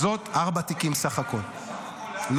ארבעה תיקים סך הכול זאת,